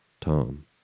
Tom